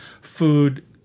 food